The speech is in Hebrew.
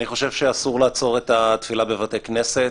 אני חושב שאסור לאסור את התפילה בבתי כנסת,